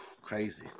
Crazy